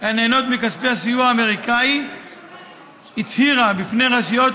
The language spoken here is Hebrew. הנהנות מכספי הסיוע האמריקני הצהירה בפני הרשויות